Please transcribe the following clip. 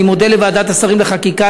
אני מודה לוועדת השרים לחקיקה,